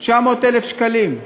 900,000 שקלים.